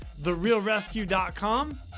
therealrescue.com